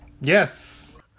Yes